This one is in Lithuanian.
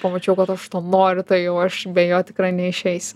pamačiau kad aš to noriu tai jau aš be jo tikrai neišeisiu